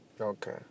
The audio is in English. Okay